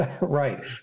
Right